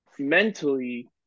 mentally